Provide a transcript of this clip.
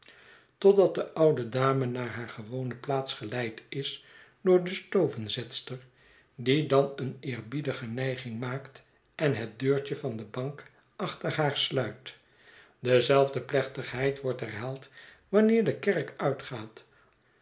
totdat de oude dame naar haar gewone plaats geleid is door de stovenzetster die dan een eerbiedige nijging maakt en het deurtje van de bank achter haar sluit dezelfde plechtigheid wordt herhaald wanneer de kerk uitgaat